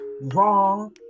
wrong